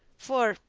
for,